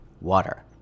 water